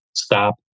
stop